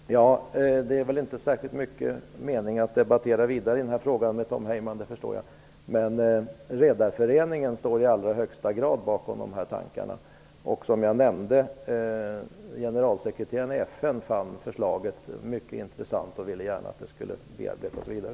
Fru talman! Jag förstår att det inte är särskilt stor mening att debattera den här frågan vidare med Tom Heyman. Men Redareföreningen står i allra högsta grad bakom dessa tankar. Som jag nämnde, fann generalsekreteraren i FN förslaget mycket intressant, och han ville gärna att det skulle bearbetas vidare.